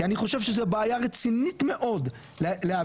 כי אני חושב שזה בעיה רצינית מאוד להעביר